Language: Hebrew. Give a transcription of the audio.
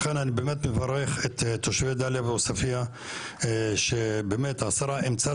לכן אני באמת מברך את תושבי דליה ועוספיה שבאמת השרה אימצה